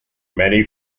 many